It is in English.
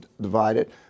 divided